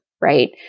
right